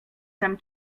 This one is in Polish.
tem